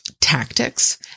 tactics